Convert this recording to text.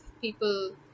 people